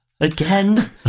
Again